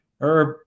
Herb